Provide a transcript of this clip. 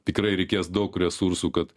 tikrai reikės daug resursų kad